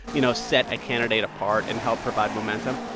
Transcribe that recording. you know, set a candidate apart and help provide momentum.